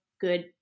good